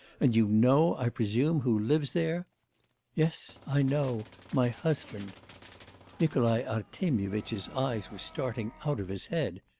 and you know, i presume, who lives there yes, i know my husband nikolai artemyevitch's eyes were starting out of his head.